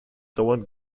dauernd